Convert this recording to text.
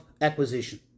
acquisition